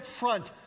front